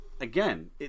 Again